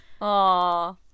Aw